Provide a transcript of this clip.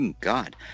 god